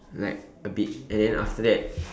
like a bit and then after that